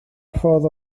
ffordd